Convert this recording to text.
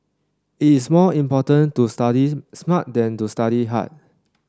it is more important to study smart than to study hard